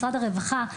משרד הרווחה,